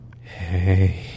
hey